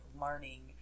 learning